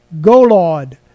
Golod